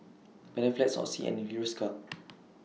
Panaflex Oxy and Hiruscar